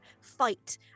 fight